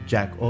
Jack